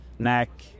neck